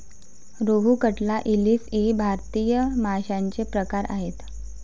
रोहू, कटला, इलीस इ भारतीय माशांचे प्रकार आहेत